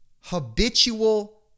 habitual